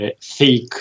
thick